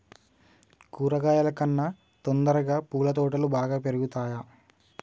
కూరగాయల కన్నా తొందరగా పూల తోటలు బాగా పెరుగుతయా?